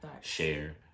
share